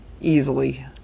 easily